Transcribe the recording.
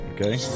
Okay